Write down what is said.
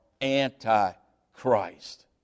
anti-Christ